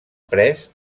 pres